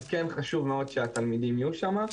אז כן חשוב מאוד שהתלמידים יהיו שם.